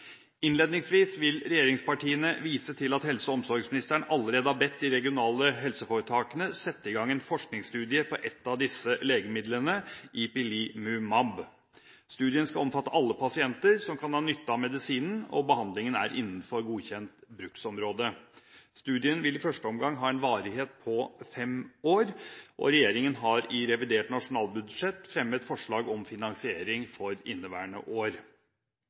Innledningsvis vil regjeringspartiene vise til at helse- og omsorgsministeren allerede har bedt de regionale helseforetakene sette i gang en forskningsstudie på ett av disse legemidlene, Ipilimumab. Studien skal omfatte alle pasienter som kan ha nytte av medisinen, og behandlingen er innenfor godkjent bruksområde. Studien vil i første omgang ha en varighet på fem år, og regjeringen har i revidert nasjonalbudsjett fremmet forslag om finansiering for inneværende år.